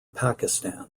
pakistan